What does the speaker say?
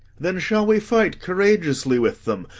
then shall we fight courageously with them?